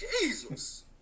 Jesus